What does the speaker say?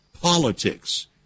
politics